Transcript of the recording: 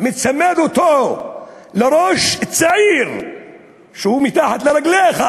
מצמיד אותו לראש של צעיר שהוא מתחת לרגליך,